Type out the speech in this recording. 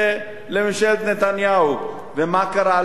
לממשלת נתניהו, ומה קרה?